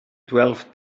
twelve